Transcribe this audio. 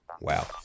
Wow